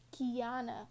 Kiana